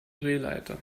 drehleiter